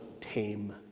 tame